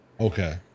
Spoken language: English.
Okay